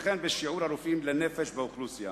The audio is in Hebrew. וכן בשיעור הרופאים לנפש באוכלוסייה.